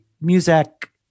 music